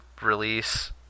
release